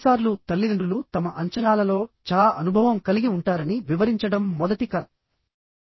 కొన్నిసార్లు తల్లిదండ్రులు తమ అంచనాలలో చాలా అనుభవం కలిగి ఉంటారని వివరించడం మొదటి కథ